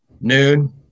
noon